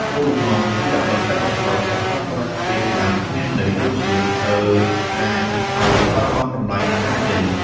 គោលបំណងគឺដើម្បីកាត់បន្ថយការប្រើប្រាស់ពាក្យដែលគ្មានន័យ ដូចជា "អឺ..." "អា..." ដែលធ្វើឱ្យបាត់បង់តម្លៃនៃការនិយាយ។